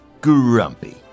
grumpy